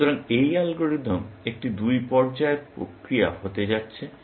সুতরাং এই অ্যালগরিদম একটি দুই পর্যায়ের প্রক্রিয়া হতে যাচ্ছে